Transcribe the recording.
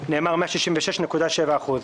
נאמר "166.7%".